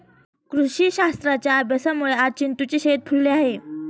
कृषीशास्त्राच्या अभ्यासामुळे आज चिंटूचे शेत फुलले आहे